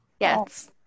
Yes